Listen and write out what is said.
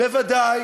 בוודאי